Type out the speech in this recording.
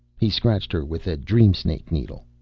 he scratched her with the dream-snake needle.